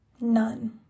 None